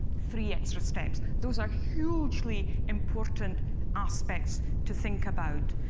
three extra steps. those are hugely important aspects to think about.